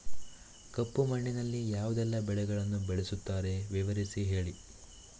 ಕಪ್ಪು ಮಣ್ಣಿನಲ್ಲಿ ಯಾವುದೆಲ್ಲ ಬೆಳೆಗಳನ್ನು ಬೆಳೆಸುತ್ತಾರೆ ವಿವರಿಸಿ ಹೇಳಿ